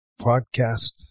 podcast